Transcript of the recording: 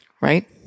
right